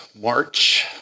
March